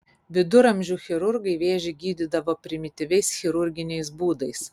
viduramžių chirurgai vėžį gydydavo primityviais chirurginiais būdais